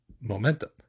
momentum